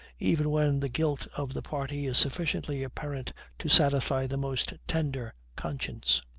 even when the guilt of the party is sufficiently apparent to satisfy the most tender conscience.